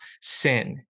sin